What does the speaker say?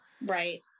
right